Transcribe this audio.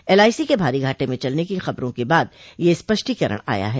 LIC के भारी घाटे में चलने की खबरों के बाद यह स्पष्टीकरण आया है